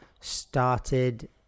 started